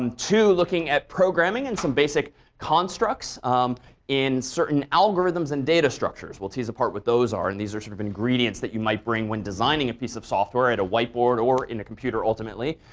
um two, looking at programming and some basic constructs um in certain algorithms and data structures. we'll tease apart what those are and these are sort of ingredients that you might bring when designing a piece of software at a white board or in a computer ultimately.